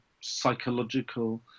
psychological